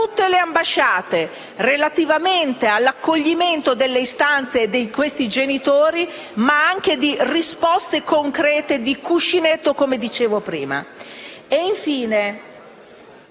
tutte le ambasciate, relativamente all'accoglimento delle istanze di questi genitori, ma anche risposte concrete di cuscinetto, come dicevo prima.